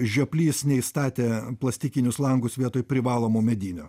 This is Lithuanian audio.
žioplys neįstatė plastikinius langus vietoj privalomo medinio